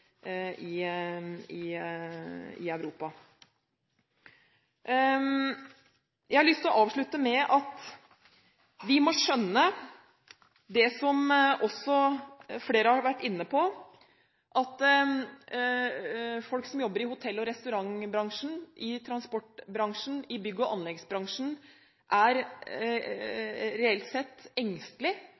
arbeidstakeres rettigheter i Europa. Jeg har lyst til å avslutte med å si at vi må skjønne, som også flere har vært inne på, at folk som jobber i hotell- og restaurantbransjen, i transportbransjen eller i bygg- og anleggsbransjen, er reelt sett